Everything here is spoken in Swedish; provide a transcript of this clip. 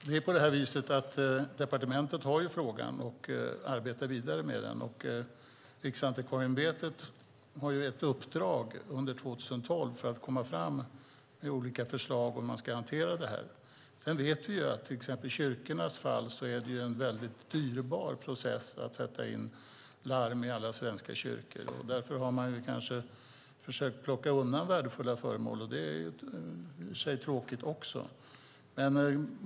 Herr talman! Det är på det viset att departementet har frågan och arbetar vidare med den. Riksantikvarieämbetet har ett uppdrag under 2012 för att komma fram med olika förslag om att garantera det här. Sedan vet vi att i till exempel kyrkornas fall är det en väldigt dyrbar process att sätta in larm i alla svenska kyrkor. Därför har man kanske försökt plocka undan värdefulla föremål, vilket i och för sig också är tråkigt.